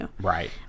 Right